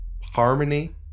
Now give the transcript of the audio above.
Harmony